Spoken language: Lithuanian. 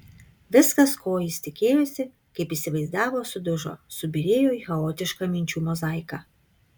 viskas ko jis tikėjosi kaip įsivaizdavo sudužo subyrėjo į chaotišką minčių mozaiką